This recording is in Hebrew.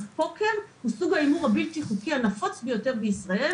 פה הוא סוג ההימור הבלתי חוקי הנפוץ ביותר בישראל.